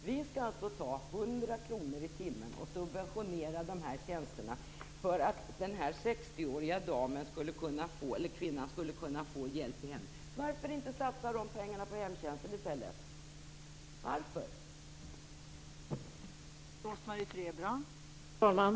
Vi skall alltså subventionera de här tjänsterna med hundra kronor i timmen för att den 60-åriga kvinnan skulle kunna få hjälp i hemmet. Varför inte satsa pengarna på hemtjänsten i stället? Varför?